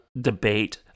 debate